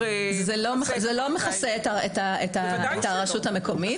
מכסה את --- זה לא מכסה את הרשות המקומית.